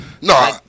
No